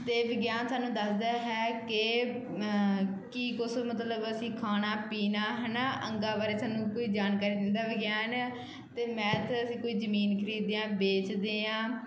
ਅਤੇ ਵਿਗਿਆਨ ਸਾਨੂੰ ਦੱਸਦਾ ਹੈ ਕਿ ਕੀ ਕੁਛ ਮਤਲਬ ਅਸੀਂ ਖਾਣਾ ਪੀਣਾ ਹੈ ਨਾ ਅੰਗਾਂ ਬਾਰੇ ਸਾਨੂੰ ਕੋਈ ਜਾਣਕਾਰੀ ਦਿੰਦਾ ਵਿਗਿਆਣ ਆ ਅਤੇ ਮੈਂ ਅਸੀਂ ਕੋਈ ਜ਼ਮੀਨ ਖਰੀਦਦੇ ਹਾਂ ਵੇਚਦੇ ਹਾਂ